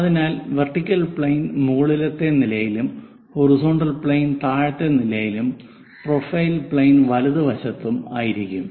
അതിനാൽ vertical plane മുകളിലത്തെ നിലയിലും ഹൊറിസോണ്ടൽ പ്ലെയിൻ താഴത്തെ നിലയിലും പ്രൊഫൈൽ പ്ലെയിൻ വലതുവശത്തും ആയിരിക്കും